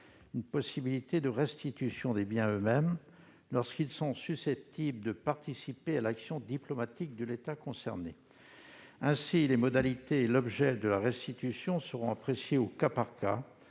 la possibilité d'une restitution des biens eux-mêmes lorsque ceux-ci sont susceptibles de participer à l'action diplomatique de l'État concerné. Ainsi, les modalités et l'objet de la restitution seraient appréciés au cas par cas,